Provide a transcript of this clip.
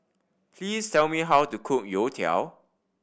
please tell me how to cook youtiao